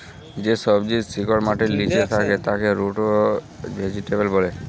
যে সবজির শিকড় মাটির লিচে থাক্যে তাকে রুট ভেজিটেবল ব্যলে